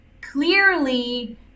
clearly